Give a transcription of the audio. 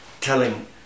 telling